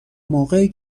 موقعی